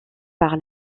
par